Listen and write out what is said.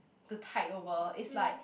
the tide over it's like